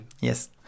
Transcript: Yes